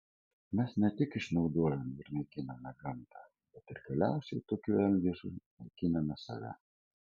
mes ne tik išnaudojame ir naikiname gamtą bet galiausiai tokiu elgesiu naikiname save